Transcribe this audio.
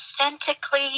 authentically